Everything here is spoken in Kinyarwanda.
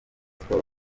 siporo